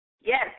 yes